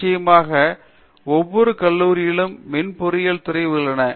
நிச்சயமாக ஒவ்வொரு கல்லூரிகளிலும் மின் பொறியியல் துறைகள் உள்ளன